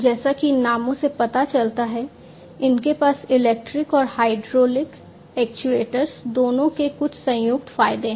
जैसा कि इन नामों से पता चलता है उनके पास इलेक्ट्रिक और हाइड्रोलिक एक्ट्यूएटर्स दोनों के कुछ संयुक्त फायदे हैं